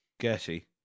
Gertie